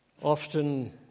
often